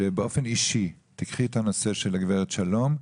שבאופן אישי תיקחי את הנושא של הגברת שלום,